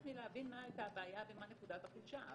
להבין מה הייתה הבעיה ומה נקודת החולשה.